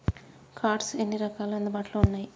Cards ఎన్ని రకాలు అందుబాటులో ఉన్నయి?